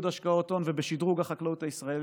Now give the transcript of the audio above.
השקעות הון ובשדרוג החקלאות הישראלית,